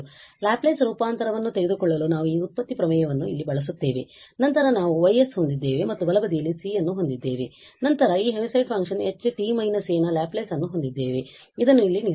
ಆದ್ದರಿಂದ ಲ್ಯಾಪ್ಲೇಸ್ ರೂಪಾಂತರವನ್ನು ತೆಗೆದುಕೊಳ್ಳಲು ನಾವು ಈ ವ್ಯುತ್ಪತ್ತಿ ಪ್ರಮೇಯವನ್ನು ಇಲ್ಲಿ ಬಳಸುತ್ತೇವೆ ಮತ್ತು ನಂತರ ನಾವು Y ಹೊಂದಿದ್ದೇವೆ ಮತ್ತು ಬಲಬದಿಯಲ್ಲಿ C ಹೊಂದಿದ್ದೇವೆ ಮತ್ತು ನಂತರ ನಾವು ಈ ಹೆವಿಸೈಡ್ ಫಂಕ್ಷನ್ Ht − a ನ ಲ್ಯಾಪ್ಲೇಸ್ ಅನ್ನು ಹೊಂದಿದ್ದೇವೆ ಇದನ್ನು ಇಲ್ಲಿ ನೀಡಲಾಗಿದೆ